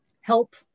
help